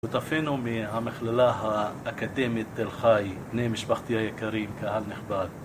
שותפינו מהמכללה האקדמית תל חי, בני משפחתי היקרים, קהל נכבד